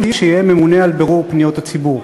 שיהיה ממונה על בירור פניות הציבור.